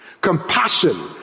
Compassion